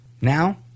Now